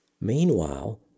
Meanwhile